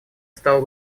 стало